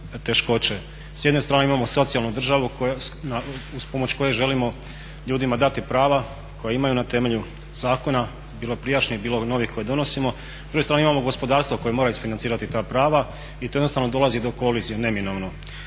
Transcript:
S jedne strane imamo socijalnu državu uz pomoću koje želimo ljudima dati prava koja imaju na temelju zakona bilo prijašnjeg, bilo ovih novih koje donosimo. S druge strane imamo gospodarstvo koje mora isfinancirati ta prava i tu jednostavno dolazi do kolizije neminovno.